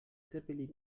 zeppelin